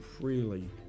freely